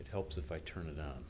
it helps if i turn it